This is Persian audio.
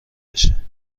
بشه